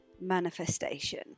manifestation